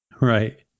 Right